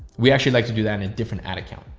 we actually like to do that in a different ad account.